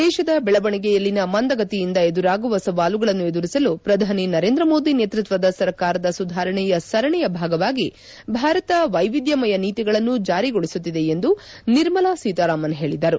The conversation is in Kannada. ದೇಶದ ದೆಳವಣಿಗೆಯಲ್ಲಿನ ಮಂದಗತಿಯಿಂದ ಎದುರಾಗುವ ಸವಾಲುಗಳನ್ನು ಎದುರಿಸಲು ಪ್ರಧಾನಿ ನರೇಂದ್ರ ಮೋದಿ ನೇತೃತ್ವದ ಸರಕಾರದ ಸುಧಾರಣೆಯ ಸರಣಿಯ ಭಾಗವಾಗಿ ಭಾರತ ವೈವಿಧ್ಯಮಯ ನೀತಿಗಳನ್ನು ಜಾರಿಗೊಳಿಸುತ್ತಿದೆ ಎಂದು ನಿರ್ಮಲಾ ಸೀತಾರಾಮನ್ ಹೇಳಿದರು